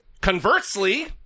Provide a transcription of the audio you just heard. Conversely